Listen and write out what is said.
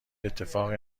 اتفاقی